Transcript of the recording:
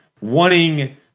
wanting